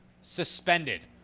suspended